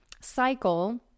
cycle